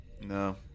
No